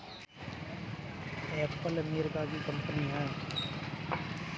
PayPal America की company है